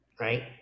right